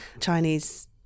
Chinese